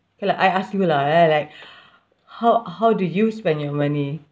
okay lah I ask you lah eh like how how do you spend your money